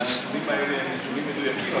והנתונים האלה הם נתונים מדויקים מאוד.